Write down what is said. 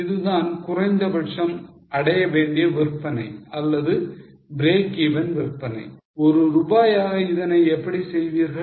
இதுதான் குறைந்தபட்சம் அடையவேண்டிய விற்பனை அல்லது break even விற்பனை ஒரு ரூபாயாக இதனை எப்படி செய்வீர்கள்